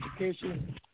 education